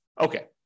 Okay